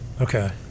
Okay